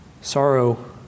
sorrow